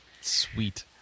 Sweet